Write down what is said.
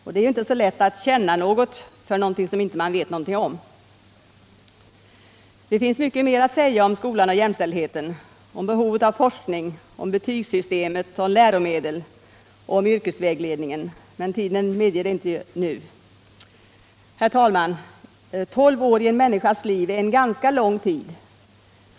Och det är ju inte så lätt att känna för något som man inte vet något om. Det finns mycket mer att säga om skolan och jämställdheten, om behovet av forskning, om betygssystemet och läromedlen och om yrkesvägledningen. Men tiden medger det tyvärr inte nu. Herr talman! Tolv år i en människas liv är en ganska lång tid.